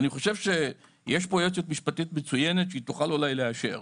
אני חושב שיש פה יועצת משפטית מצוינת שתוכל אולי לאשר.